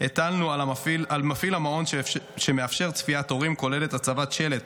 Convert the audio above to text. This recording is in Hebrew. שהטלנו על מפעיל המעון שמאפשר צפיית הורים כוללות הצבת שלט